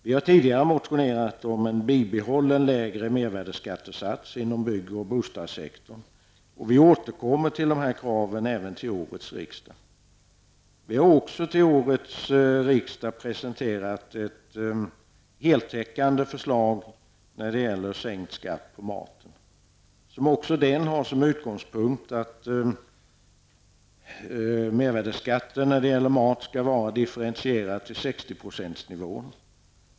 Vi har tidigare motionerat om en bibehållen lägre mervärdeskattesats inom bygg och bostadssektorn, och vi återkommer med det kravet även till årets riksdag. Vi har också till årets riksdag presenterat ett heltäckande förslag när det gäller sänkt skatt på maten. Förslaget har som utgångspunkt att mervärdeskatten på mat skall vara differentierad till 60 %-nivån.